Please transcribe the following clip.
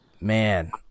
man